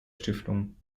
stiftung